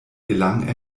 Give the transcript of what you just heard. gelang